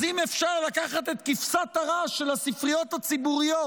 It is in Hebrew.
אז אם אפשר לקחת את כבשת הרש של הספריות הציבוריות